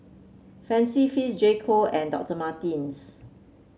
Fancy Feast J Co and Doctor Martens